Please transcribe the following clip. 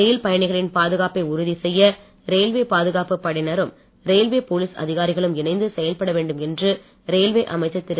ரயில் பயணிகளின் பாதுகாப்பை உறுதிசெய்ய ரயில்வே பாதுகாப்பு படையினரும் ரயில்வே போலீஸ் அதிகாரிகளும் இணைந்து செயல்பட வேண்டும் என்று ரயில்வே அமைச்சர் திரு